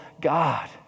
God